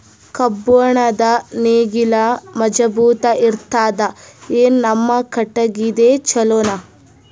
ಕಬ್ಬುಣದ್ ನೇಗಿಲ್ ಮಜಬೂತ ಇರತದಾ, ಏನ ನಮ್ಮ ಕಟಗಿದೇ ಚಲೋನಾ?